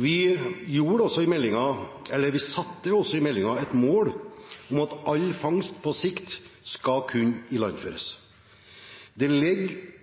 I meldingen satte vi også et mål om at all fangst på sikt skal kunne ilandføres. Det